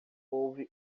houve